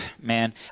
man